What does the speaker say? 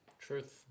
Truth